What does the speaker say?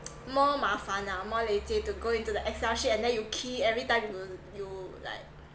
more 麻烦 ah more lazy to go into the excel sheet and then you key every time you you like